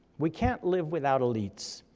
we can't live without elites,